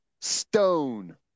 Stone